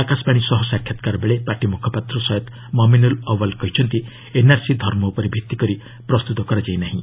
ଆକାଶବାଣୀ ସହ ସାକ୍ଷାତକାର ବେଳେ ପାର୍ଟି ମୁଖପାତ୍ର ସୟେଦ୍ ମମିନୁଲ୍ ଅଓ୍ବଲ୍ କହିଛନ୍ତି ଏନ୍ଆର୍ସି ଧର୍ମ ଉପରେ ଭିଭିକରି ପ୍ରସ୍ତୁତ କରାଯାଇ ନାହିଁ